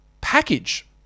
package